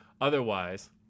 otherwise